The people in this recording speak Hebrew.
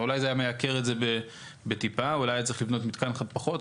ואולי זה היה מייקר את זה בטיפה אולי היה צריך לבנות מתקן אחד פחות,